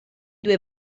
due